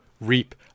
reap